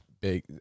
big